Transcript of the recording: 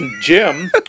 Jim